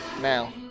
Now